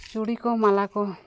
ᱪᱩᱲᱤ ᱠᱚ ᱢᱟᱞᱟ ᱠᱚ